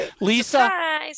Lisa